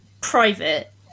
private